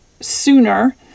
sooner